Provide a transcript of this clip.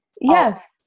Yes